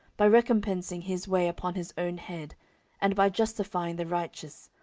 by recompensing his way upon his own head and by justifying the righteous,